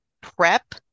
PrEP